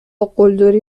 قلدری